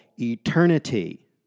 eternity